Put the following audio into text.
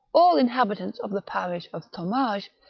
all inhabitants of the parish of thomage,